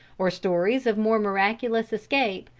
or stories of more miraculous escape,